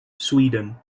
sweden